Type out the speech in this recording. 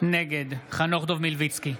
נגד חנוך דב מלביצקי,